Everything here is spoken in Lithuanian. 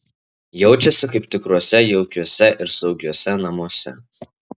jaučiasi kaip tikruose jaukiuose ir saugiuose namuose